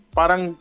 parang